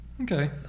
Okay